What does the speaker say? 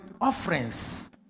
offerings